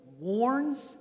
warns